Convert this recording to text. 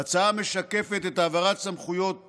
ההצעה משקפת את העברת הסמכויות